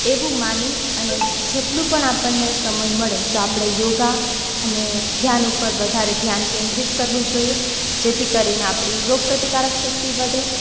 એવું માની અને જેટલું પણ આપણને સમય મળે તો આપણે યોગ અને ધ્યાન ઉપર વધારે ધ્યાન કેન્દ્રિત કરવું જોઈએ જેથી કરી ને આપણી રોગપ્રતિકારક શક્તિ વધે